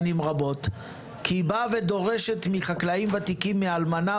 שנים רבות כי היא דורשת מחקלאים ותיקים מאלמנה